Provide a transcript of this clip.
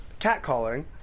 Catcalling